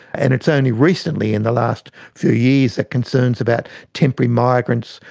and it's only recently in the last few years that concerns about temporary migrants,